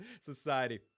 society